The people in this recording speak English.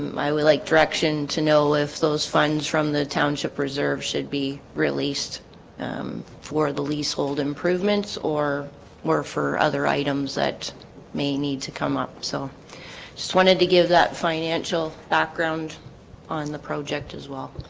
um i would like direction to know if those funds from the township reserve should be released for the leasehold improvements or were for other items that may need to come up so i just wanted to give that financial background on the project as well